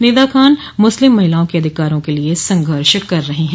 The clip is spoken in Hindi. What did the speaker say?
निदा खान मुस्लिम महिलाओं के अधिकारों के लिए संघर्ष कर रही हैं